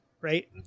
right